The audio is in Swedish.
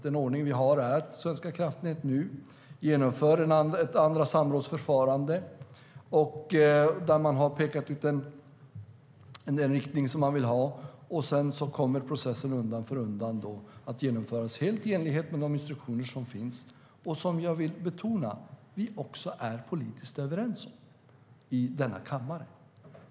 Den ordning som vi har är därför att Svenska kraftnät nu genomför ett andra samrådsförfarande där man har pekat ut den riktning som man vill ha. Sedan kommer processen undan för undan att genomföras helt i enlighet med de instruktioner som finns. Jag vill också betona att vi är politiskt överens om de instruktionerna i denna kammare.